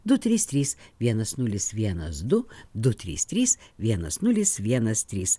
du trys trys vienas nulis vienas du du trys trys vienas nulis vienas trys